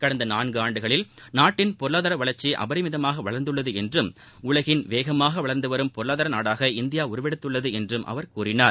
கடந்த நான்காண்டுகளில் நாட்டின் பொருளாதார வளர்ச்சி அபரிமிதமாக வளர்ந்துள்ளது என்றும் உலகின் வேகமாக வளர்ந்து வரும் பொருளாதார நாடாக இந்தியா உருவெடுத்துள்ளது என்றும் அவர் கூறினார்